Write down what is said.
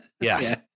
Yes